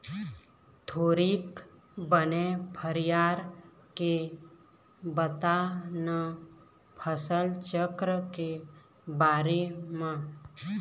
थोरिक बने फरियार के बता न फसल चक्र के बारे म